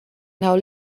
now